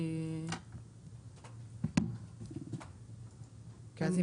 כי אז,